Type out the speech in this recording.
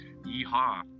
Yeehaw